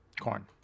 Corn